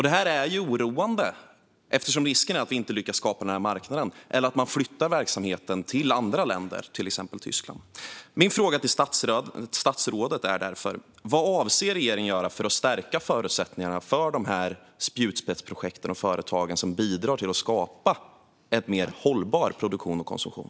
Det här är oroande eftersom risken är att vi inte lyckas skapa den här marknaden eller att verksamheten flyttas till andra länder, till exempel Tyskland. Min fråga till statsrådet är därför: Vad avser regeringen att göra för att stärka förutsättningarna för de här spjutspetsprojekten och företagen som bidrar till att skapa en mer hållbar produktion och konsumtion?